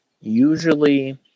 usually